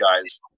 guys